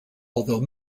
although